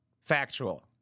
Factual